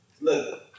Look